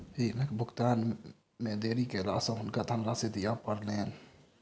ऋणक भुगतान मे देरी केला सॅ हुनका धनराशि दिअ पड़लैन